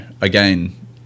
again